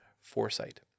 foresight